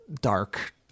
dark